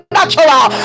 natural